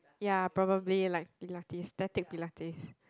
ya probably like pilates static pilates